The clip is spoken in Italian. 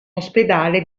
ospedale